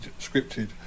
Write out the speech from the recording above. scripted